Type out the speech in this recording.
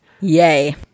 yay